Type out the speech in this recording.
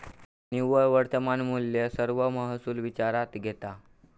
निव्वळ वर्तमान मुल्य सर्व महसुल विचारात घेता